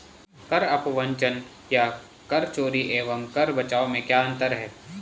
कर अपवंचन या कर चोरी एवं कर बचाव में क्या अंतर है?